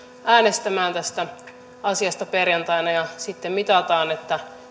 äänestämään tästä asiasta perjantaina sitten mitataan